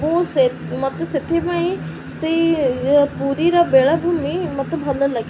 ମୁଁ ସେ ମୋତେ ସେଥିପାଇଁ ସେଇ ପୁରୀର ବେଳାଭୂମି ମୋତେ ଭଲ ଲାଗେ